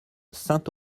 saint